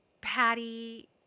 Patty